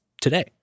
today